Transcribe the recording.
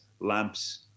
lamps